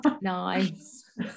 nice